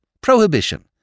prohibition